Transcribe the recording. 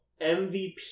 MVP